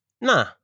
nah